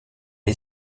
est